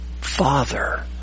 Father